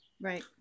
Right